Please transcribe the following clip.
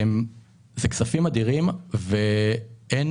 אלה כספים אדירים ואין